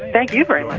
thank you very